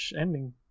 ending